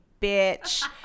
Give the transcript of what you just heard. bitch